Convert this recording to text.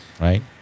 right